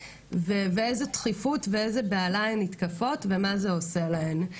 ובאיזה דחיפות ובאיזה בהלה הן נתקפות ומה זה עושה להן.